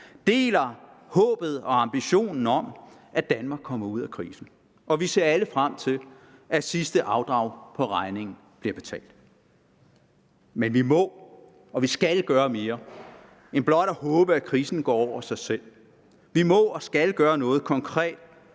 deler håbet og ambitionen om, at Danmark kommer ud af krisen. Og vi ser alle frem til, at sidste afdrag på regningen bliver betalt. Men vi må og skal gøre mere end blot at håbe, at krisen går over af sig selv; vi må og skal gøre noget konkret